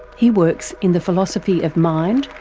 he works in the philosophy of mind,